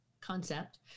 concept